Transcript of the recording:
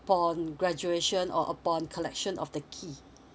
upon graduation or upon collection of the key